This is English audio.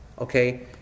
okay